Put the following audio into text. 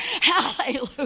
Hallelujah